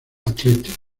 athletic